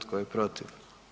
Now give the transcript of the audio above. Tko je protiv?